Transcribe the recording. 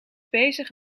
bezig